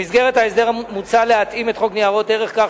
במסגרת ההסדר מוצע להתאים את חוק ניירות ערך כך